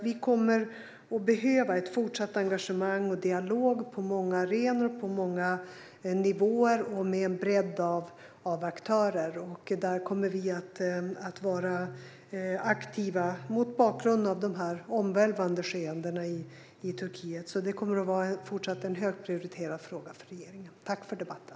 Vi kommer att behöva ett fortsatt engagemang och dialog på många arenor, på många nivåer och med en bredd av aktörer. Där kommer vi att vara aktiva mot bakgrund av de omvälvande skeendena i Turkiet. Det kommer fortsatt att vara en högt prioriterad fråga för regeringen. Tack för debatten!